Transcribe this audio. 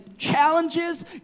challenges